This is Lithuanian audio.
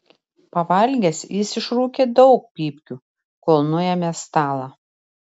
pavalgęs jis išrūkė daug pypkių kol nuėmė stalą